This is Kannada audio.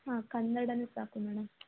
ಹಾಂ ಕನ್ನಡವೇ ಸಾಕು ಮೇಡಮ್